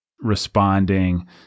responding